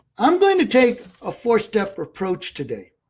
i'm going to take a four-step approach today.